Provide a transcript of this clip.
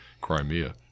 Crimea